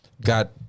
got